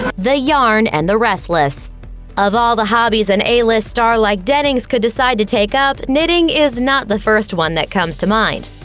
the yarn and the restless of all the hobbies an a-list star like dennings could decide to take up, knitting is not the first one that comes to mind.